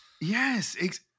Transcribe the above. Yes